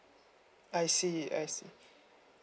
I see I see